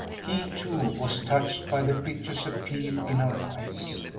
he, too, was touched by the piteous appeal in her eyes,